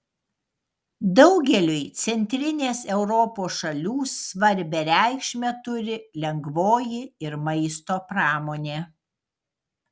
daugeliui centrinės europos šalių svarbią reikšmę turi lengvoji ir maisto pramonė